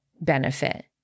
benefit